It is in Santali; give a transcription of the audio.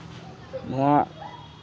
ᱱᱚᱣᱟ